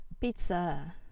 pizza